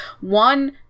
One